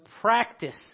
practice